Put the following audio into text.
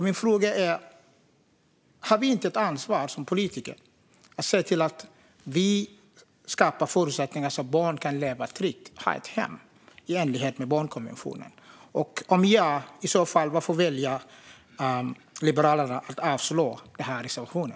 Min fråga är: Har vi inte ett ansvar som politiker att skapa förutsättningar så att barn kan leva tryggt och ha ett hem i enlighet med barnkonventionen? Varför väljer i så fall Liberalerna att avslå vår reservation?